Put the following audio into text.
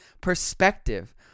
Perspective